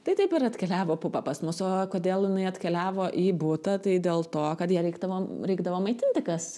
tai taip ir atkeliavo pupa pas mus o kodėl jinai atkeliavo į butą tai dėl to kad ją reikdavo reikdavo maitinti kas